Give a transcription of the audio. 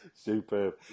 Superb